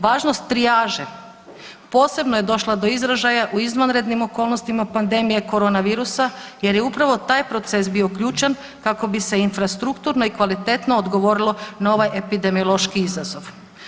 Važnost trijaže posebno je došla do izražaja u izvanrednim okolnostima pandemije corona virusa, jer je upravo taj proces bio uključen kako bi se infrastrukturno i kvalitetno odgovorilo na ovaj epidemiološki izazov.